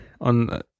on